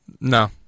No